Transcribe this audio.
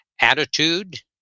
attitude